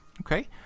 Okay